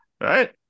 Right